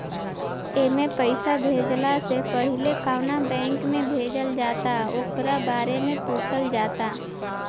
एमे पईसा भेजला से पहिले कवना बैंक में भेजल जाता ओकरा बारे में पूछल जाता